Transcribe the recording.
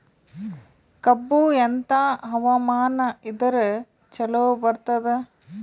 ಕಬ್ಬು ಎಂಥಾ ಹವಾಮಾನ ಇದರ ಚಲೋ ಬರತ್ತಾದ?